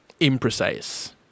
imprecise